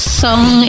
song